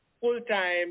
full-time